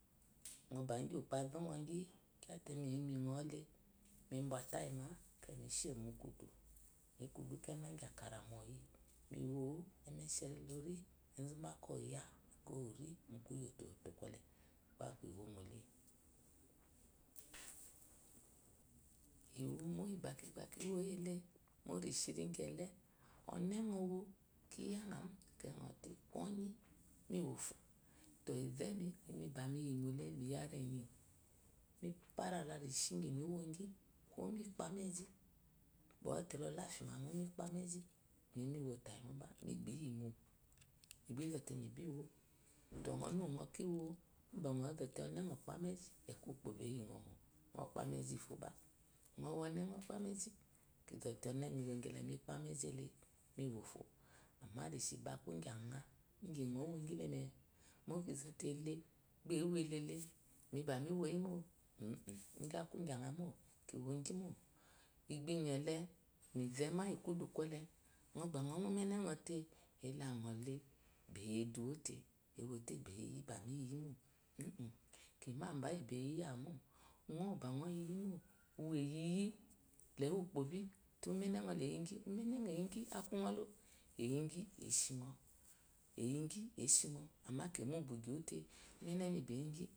Unɔ ingyu migu kena inqwa akaramuɔyi miwo emesheri lo ri ezuma ko oya iwomo iyboko kiwoyi le mo reshi rigyhe riya jamu akwai nɔzote kwoyi nɔwo fo to etemi imi ba mi yimole mi. i ukpó azoyɔqyi kwa mate immi no bwa ta ma akeyi mi she ku yi ari enyi mi pira la reshi ingyi ba miwo gyi mipamegyi zɔzɔte la mi lakma mo mipamezhi imi miwo tayi. mo mibi yimo mibizote mibi wo ɔnu nɔ kiwo banɔ zote ɔne ɔbi pamezhi nɔ pamezhi n fo ba ekwan úkpo ba eyinɔmo nopamerahi fo ba amma nshi ba akuingiyi ja ingi nɔwogyi le me mo kizole ete ba ehee elele mi ba miewo yi inin in gyi aku ingya mo kiwo gyi mo ingba inyele mezeme iyi kudu kwile nɔba ma umenenɔ te ole eyi eduwo te ewote beyieduwote bamiyiyi mo ini kima amba inyi be yiy awu mo unɔ úwú ba nɔ yiyi mo uwu bá eyiyi le úkpó bite uwunenɔ iyigi ume nenɔ eyi qui umenenɔ eyigyi aku unzɔ lo eyigyi eshino eyigyi ama kima ubugyi wute umene mi be eyigyi